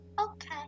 okay